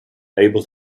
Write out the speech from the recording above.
able